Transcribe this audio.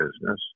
business